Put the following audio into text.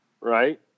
right